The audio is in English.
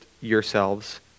yourselves